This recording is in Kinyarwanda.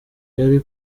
yari